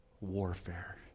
Warfare